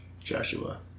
Joshua